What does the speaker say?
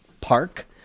park